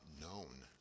known